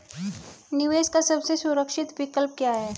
निवेश का सबसे सुरक्षित विकल्प क्या है?